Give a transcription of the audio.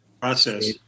process